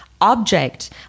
object